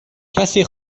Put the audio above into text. کسی